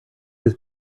was